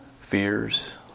fears